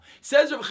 says